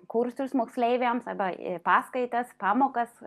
kursus moksleiviams arba paskaitas pamokas